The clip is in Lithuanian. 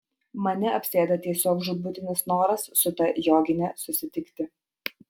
mane apsėda tiesiog žūtbūtinis noras su ta jogine susitikti